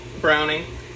browning